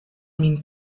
min